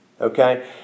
Okay